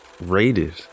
rated